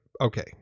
okay